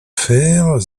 fère